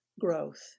growth